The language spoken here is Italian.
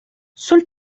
sul